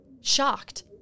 Shocked